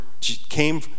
came